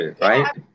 right